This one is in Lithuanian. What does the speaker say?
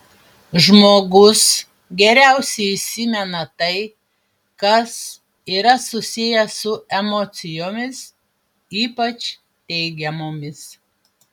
žmogus geriausiai įsimena tai kas yra susiję su emocijomis ypač teigiamomis